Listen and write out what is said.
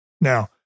Now